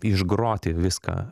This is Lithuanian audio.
išgroti viską